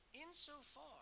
insofar